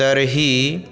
तर्हि